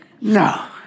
No